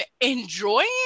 enjoying